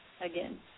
again